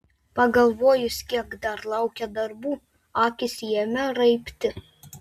pagalvojus kiek dar laukia darbų akys ėmė raibti